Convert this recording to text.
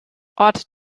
ort